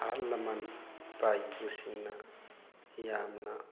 ꯑꯍꯜ ꯂꯃꯟ ꯏꯄꯥ ꯏꯄꯨꯁꯤꯡꯅ ꯌꯥꯝꯅ